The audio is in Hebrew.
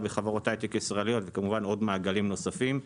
וכמובן עוד מעגלים נוספים,